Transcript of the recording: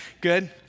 good